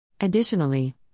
Additionally